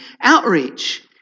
outreach